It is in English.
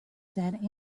dead